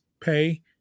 pay